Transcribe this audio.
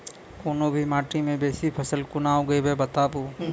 कूनू भी माटि मे बेसी फसल कूना उगैबै, बताबू?